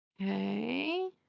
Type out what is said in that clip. okay